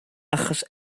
achos